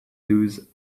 those